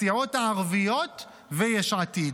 הסיעות הערביות ויש עתיד.